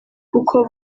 kuko